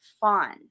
fun